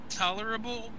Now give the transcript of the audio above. tolerable